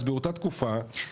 אז באותה תקופה,